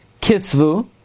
Kisvu